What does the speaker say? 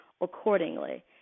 accordingly